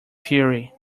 fury